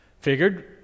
Figured